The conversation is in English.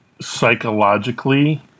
psychologically